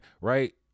Right